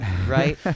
Right